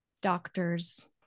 doctors